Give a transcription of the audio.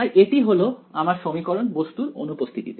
তাই এটি হলো আমার সমীকরণ বস্তুর অনুপস্থিতিতে